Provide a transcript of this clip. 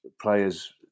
Players